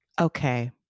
okay